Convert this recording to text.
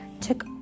took